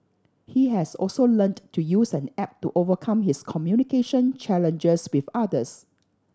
he has also learnt to use an app to overcome his communication challenges with others